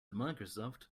microsoft